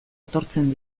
etortzen